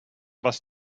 was